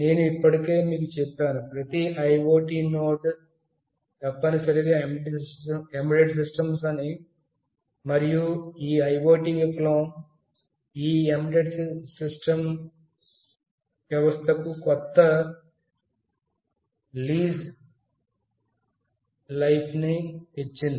నేను ఇప్పటికే మీకు చెప్పాను ప్రతి IoT నోడ్ తప్పనిసరిగా ఎంబెడెడ్ సిస్టమ్ అని మరియు ఈ ఎంబెడెడ్ వ్యవస్థకు ఈ IoT విప్లవం ఒక కొత్త జీవితాన్ని ని ఇచ్చింది